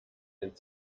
den